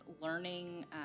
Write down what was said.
learning